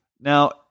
Now